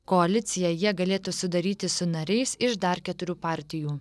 koaliciją jie galėtų sudaryti su nariais iš dar keturių partijų